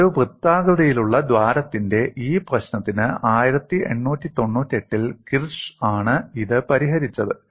ഒരു വൃത്താകൃതിയിലുള്ള ദ്വാരത്തിന്റെ ഈ പ്രശ്നത്തിന് 1898 ൽ കിർഷ് ആണ് ഇത് പരിഹരിച്ചത്